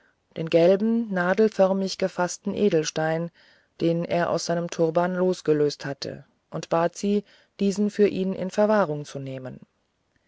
den gelben nadelförmig gefaßten edelstein den er aus seinem turban losgelöst hatte und bat sie diesen für ihn in verwahrung zu nehmen